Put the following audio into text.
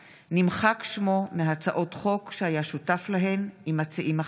נמחק שמו מהצעות חוק שהיה שותף להן עם מציעים אחרים.